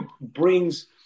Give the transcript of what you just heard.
brings